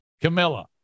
Camilla